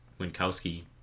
Winkowski